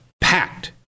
packed